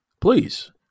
Please